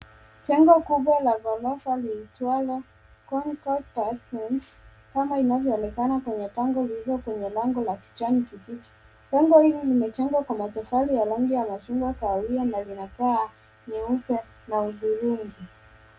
Jengo kubwa la ghorofa liitwalo Conco Apartments kama inavyoonekana kwenye bango lililo kwenye lango la kijani kibichi. Jengo hili limejengwa kwa matofali ya rangi ya machungwa kahawia na lina paa nyeupe na hudhurungi.